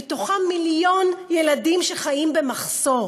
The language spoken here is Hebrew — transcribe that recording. בתוכם מיליון ילדים שחיים במחסור.